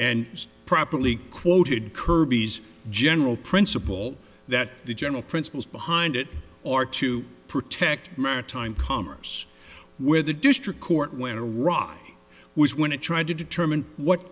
was properly quoted kirby's general principle that the general principles behind it or to protect maritime commerce where the district court when iraq was when it tried to determine what